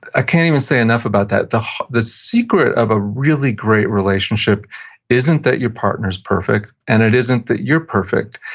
ah can't even say enough about that. the the secret of a really great relationship isn't that your partner's perfect, and it isn't that you're perfect,